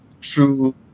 true